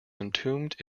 entombed